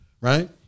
right